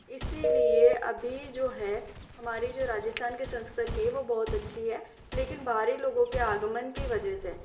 इस लिए अभी जो है हमारी जो राजस्थान की संस्कृति है वो बहुत अच्छी है लेकिन बाहरी लोगों के आगमन की वजह से